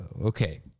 Okay